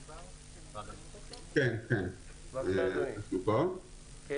כן, אני